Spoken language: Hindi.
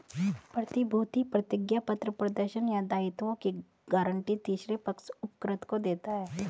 प्रतिभूति प्रतिज्ञापत्र प्रदर्शन या दायित्वों की गारंटी तीसरे पक्ष उपकृत को देता है